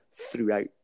throughout